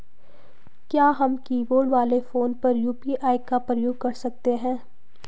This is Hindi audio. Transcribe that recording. क्या हम कीबोर्ड वाले फोन पर यु.पी.आई का प्रयोग कर सकते हैं?